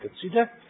consider